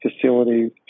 facilities